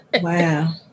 Wow